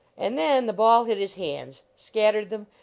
and then the ball hit his hands, scattered them,